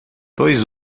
dois